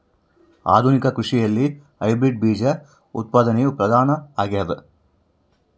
ಆಧುನಿಕ ಕೃಷಿಯಲ್ಲಿ ಹೈಬ್ರಿಡ್ ಬೇಜ ಉತ್ಪಾದನೆಯು ಪ್ರಧಾನ ಆಗ್ಯದ